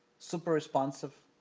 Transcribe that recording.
super responsive.